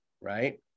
right